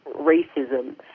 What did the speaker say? racism